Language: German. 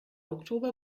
oktober